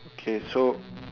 okay so